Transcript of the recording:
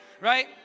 Right